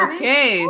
Okay